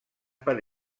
per